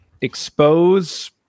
expose